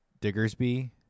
Diggersby